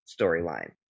storyline